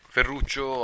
Ferruccio